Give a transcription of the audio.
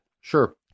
Sure